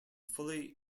fully